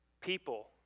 people